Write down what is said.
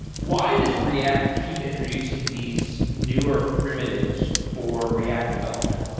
why does react keep introducing these newer primitives for react development?